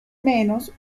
menos